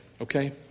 okay